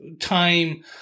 time